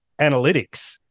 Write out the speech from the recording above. analytics